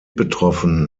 betroffen